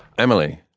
emily,